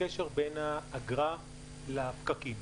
הקשר בין האגרה לפקקים.